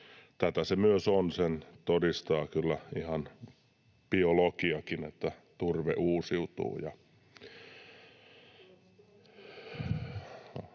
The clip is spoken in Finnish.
tätä se myös on. Sen todistaa kyllä ihan biologiakin, että turve uusiutuu.